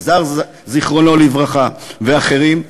יזהר, זיכרונו לברכה, ואחרים,